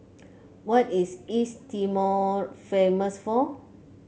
what is East Timor famous for